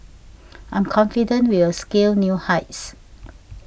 I'm confident we will scale new heights